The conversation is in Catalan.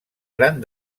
gran